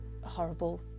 horrible